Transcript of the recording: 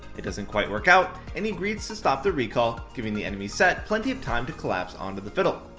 it doesn't quite work out, and he greeds to stop the recall, giving the enemy sett plenty of time to collapse onto the fiddle.